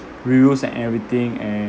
reviews and everything and